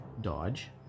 dodge